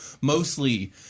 mostly